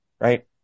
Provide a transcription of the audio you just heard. Right